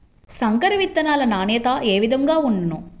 సంకర విత్తనాల నాణ్యత ఏ విధముగా ఉండును?